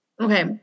Okay